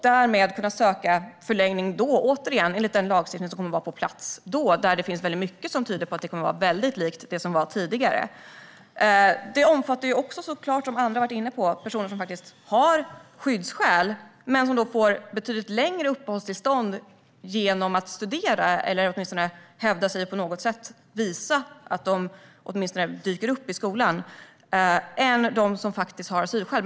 Därmed kan de ansöka om förlängning, återigen enligt den lagstiftning som kommer att finnas på plats. Mycket tyder på att det blir väldigt likt det som fanns tidigare. Som många har varit inne på omfattas också personer som har skyddsskäl och som genom att studera eller hävda sig på något sätt och visa att de åtminstone dyker upp i skolan får betydligt längre uppehållstillstånd än dem som faktiskt har asylskäl.